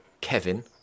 Kevin